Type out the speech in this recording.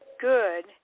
good